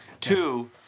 Two